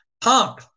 Pump